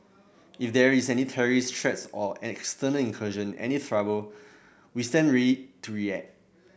if there is any terrorist threat or external incursion any trouble we stand ready to react